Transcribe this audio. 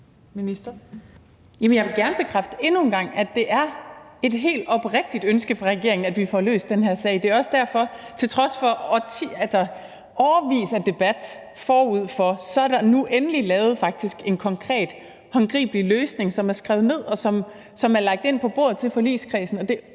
jeg vil gerne bekræfte endnu en gang, at det er et helt oprigtigt ønske fra regeringens side, at vi får løst den her sag. Det er også derfor, at der nu, til trods for årevis af debat forud for det, endelig er lavet en konkret, håndgribelig løsning, som er skrevet ned, og som er lagt ind på bordet til forligskredsen.